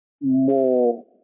more